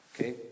Okay